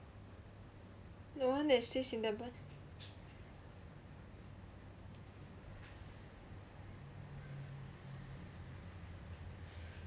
the one that stays in tampines